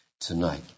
tonight